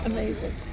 Amazing